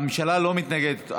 הממשלה לא מתנגדת,